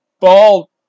Ball